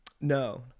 No